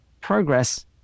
progress